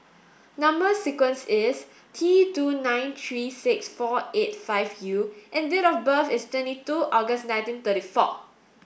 number sequence is T two nine three six four eight five U and date of birth is twenty two August nineteen thirty four